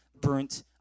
burnt